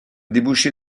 débouché